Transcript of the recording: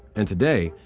and today,